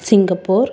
Singapore